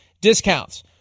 discounts